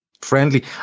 friendly